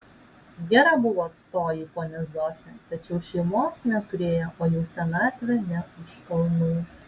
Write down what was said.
gera buvo toji ponia zosė tačiau šeimos neturėjo o jau senatvė ne už kalnų